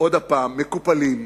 עוד פעם, מקופלים,